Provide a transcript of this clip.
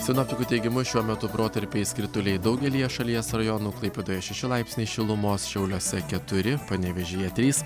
sinoptikų teigimu šiuo metu protarpiais krituliai daugelyje šalies rajonų klaipėdoje šeši laipsniai šilumos šiauliuose keturi panevėžyje trys